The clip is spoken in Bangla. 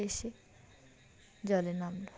এসে জলে নামল